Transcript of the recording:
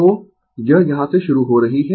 I यहां से शुरू हो रहा है